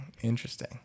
Interesting